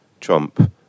Trump